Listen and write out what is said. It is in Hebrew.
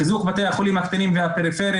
חיזוק בתי החולים הקטנים והפריפריים,